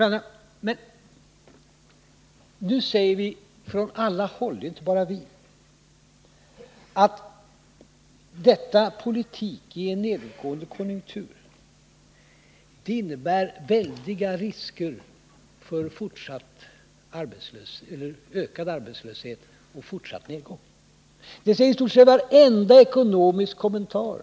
För det andra: Från alla håll — det är inte bara vi — säger man att denna politik i en nedåtgående konjunktur innebär väldiga risker för ökad arbetslöshet och fortsatt nedgång. Det sägs i stort sett i varje ekonomisk kommentar.